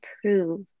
prove